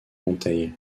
monteil